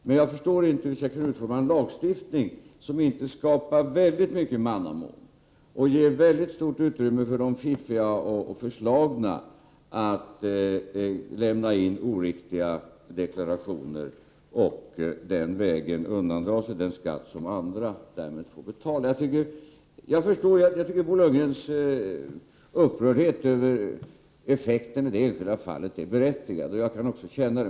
Men jag förstår inte hur vi skall kunna utforma en lagstiftning som inte skapar oerhört mycket mannamån och ger stort utrymme för de fiffiga och förslagna att lämna in oriktiga deklarationer och den vägen undandra sig skatt som andra därmed får betala. Jag tycker att Bo Lundgrens upprördhet över effekten i det enskilda fallet är berättigad, och jag kan också känna den.